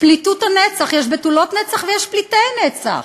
פליטות הנצח, יש בתולות נצח ויש פליטי נצח.